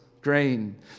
grain